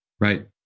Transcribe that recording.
right